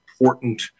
important